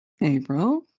April